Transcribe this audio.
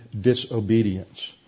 disobedience